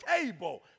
table